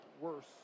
worse